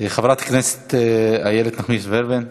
חברת הכנסת איילת נחמיאס ורבין.